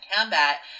combat